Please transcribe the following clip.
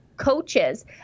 coaches